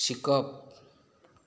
शिकप